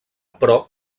però